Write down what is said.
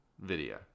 video